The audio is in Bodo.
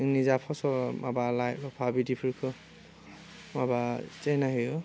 जोंनि जा फसल माबा लाइ लाफा बिदिफोरखौ माबा जेंना होयो